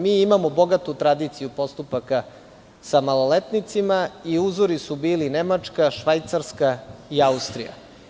Mi imamo bogatu tradiciju postupaka sa maloletnicima i uzori su bili Nemačka, Švajcarska i Austrija.